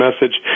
message